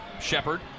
Shepard